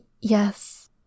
Yes